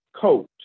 coat